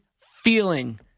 feeling